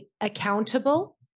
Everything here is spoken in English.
accountable